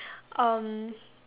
um